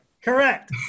correct